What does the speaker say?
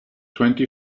twenty